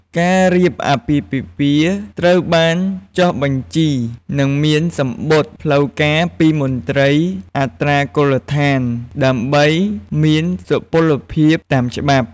ការរៀបអាពាហ៍ពិពាហ៍ត្រូវបានចុះបញ្ជី និងមានសំបុត្រផ្លូវការពីមន្ត្រីអត្រានុកូលដ្ឋាន ដើម្បីមានសុពលភាពតាមច្បាប់។